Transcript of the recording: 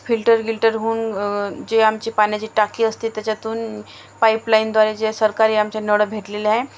filter गिल्टर होऊन जे आमची पाण्याची टाकी असते त्याच्यातून पाईपलाईनद्वारे जे सरकारी आमच्या नळ भेटलेले आहे